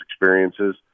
experiences